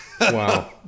Wow